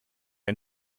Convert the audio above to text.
ein